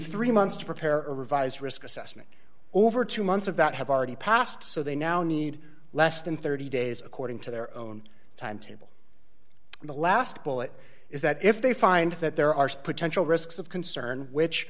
three months to prepare revise risk assessment over two months of that have already passed so they now need less than thirty days according to their own timetable the last bullet is that if they find that there are potential risks of concern which